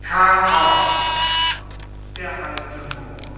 chaos d a moor